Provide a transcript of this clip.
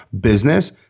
business